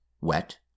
wet